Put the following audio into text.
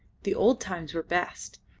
the old times were best.